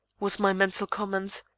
was my mental comment.